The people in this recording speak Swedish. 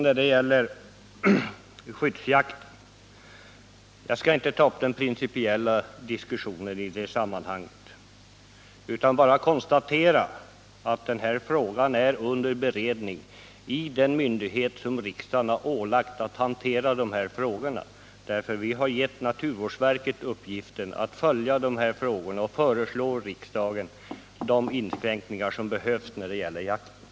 När det gäller skyddsjakten skall jag inte ta upp någon principiell diskussion med Jörn Svensson i det här sammanhanget utan bara konstatera att frågan är under beredningen i den myndighet som riksdagen har ålagt att hantera dessa frågor. Vi har givit naturvårdsverket uppgiften att följa de här frågorna och föreslå riksdagen de inskränkningar som behövs när det gäller jakten.